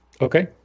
Okay